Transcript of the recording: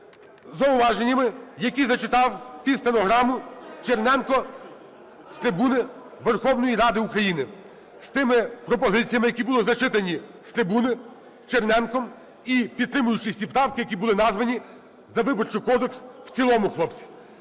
зауваженнями, які зачитав під стенограму Черненко з трибуни Верховної Ради України. З тими пропозиціями, які були зачитані з трибуни Черненком, і підтримуючи всі правки, які були названі, за Виборчий кодекс в цілому, хлопці.